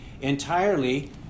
entirely